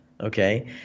Okay